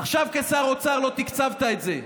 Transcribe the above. עכשיו כשר אוצר לא תקצבת את זה.